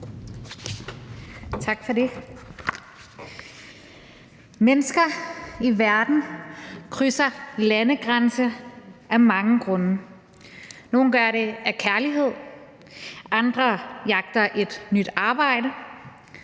Mennesker i verden krydser landegrænser af mange grunde. Nogle gør det af kærlighed, andre jagter et nyt arbejde,